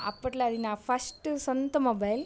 అప్పట్లో అది నా ఫస్ట్ సొంత మొబైల్